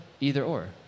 either-or